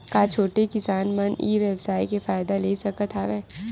का छोटे किसान मन ई व्यवसाय के फ़ायदा ले सकत हवय?